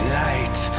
light